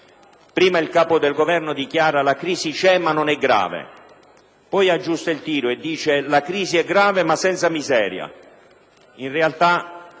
prima il Capo del Governo dichiara che la crisi c'è, ma non è grave; poi aggiusta il tiro e dice che la crisi è grave, ma senza miseria.